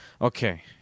Okay